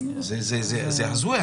זה הזוי.